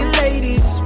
ladies